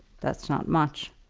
that's not much.